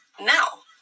now